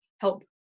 help